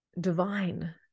Divine